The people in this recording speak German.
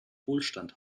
wohlstand